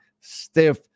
stiff